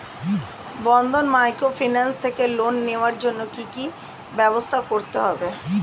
বন্ধন microfinance থেকে loan নেওয়ার জন্য কি কি ব্যবস্থা করতে হবে?